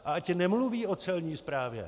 A ať nemluví o Celní správě!